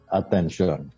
attention